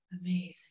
Amazing